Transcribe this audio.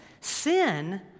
Sin